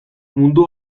mundu